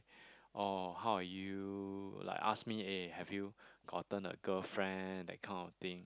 oh how are you like ask me eh have you gotten a girlfriend that kind of thing